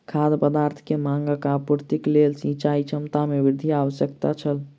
खाद्य पदार्थ के मांगक आपूर्तिक लेल सिचाई क्षमता में वृद्धि आवश्यक छल